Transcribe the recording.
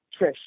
Trish